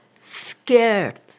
scared